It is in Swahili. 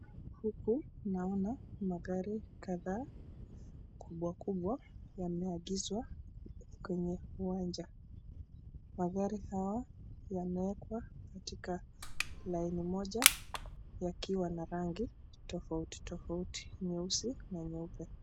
Huku naona magari kadhaa kubwa kubwa yameegezwa kwenye uwanja , magari haya yamewekwa Katika laini moja yakiwa na rangi tofauti tofauti nyeusi na nyeupe.